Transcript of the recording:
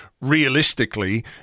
realistically